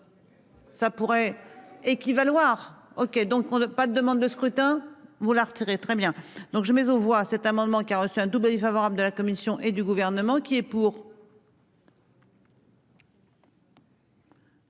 Ça pourrait équivaloir OK donc on n'a pas de demande de scrutin vous la retirer très bien donc je mets aux voix cet amendement qui a reçu un doublé défavorable de la Commission et du gouvernement qui est pour.